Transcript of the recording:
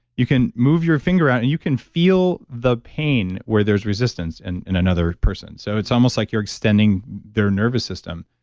you can move your finger out and you can feel the pain where there's resistance and in another person. so it's almost like you're extending their nervous system.